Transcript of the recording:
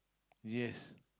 yes